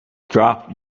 dropped